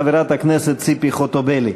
חברת הכנסת ציפי חוטובלי.